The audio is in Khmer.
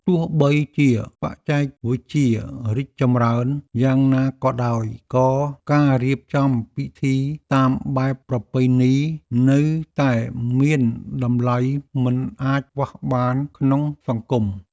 ទោះបីជាបច្ចេកវិទ្យារីកចម្រើនយ៉ាងណាក៏ដោយ ក៏ការរៀបចំពិធីតាមបែបប្រពៃណីនៅតែមានតម្លៃមិនអាចខ្វះបានក្នុងសង្គម។